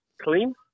Clean